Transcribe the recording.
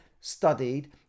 studied